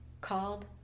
called